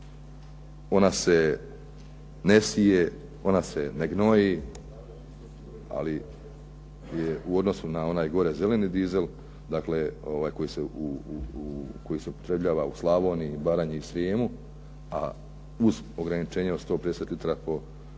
ona se ne sije, ona se ne gnoji, ali je u odnosu na onaj gore zeleni dizel, dakle ovaj koji se upotrebljava u Slavoniji, Baranji i Srijemu, a uz ograničenje od 150 litara dizela